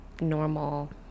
normal